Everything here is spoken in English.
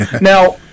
Now